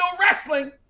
wrestling